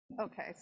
okay